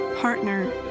partner